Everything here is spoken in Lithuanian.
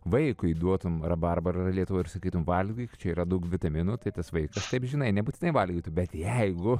vaikui duotum rabarbarą lietuvoje ir sakytumei valgyk čia yra daug vitaminų tai tas vaikas taip žinai nebūtinai valgytų bet jeigu